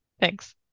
Thanks